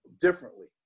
differently